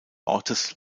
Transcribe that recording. ortes